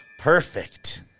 Perfect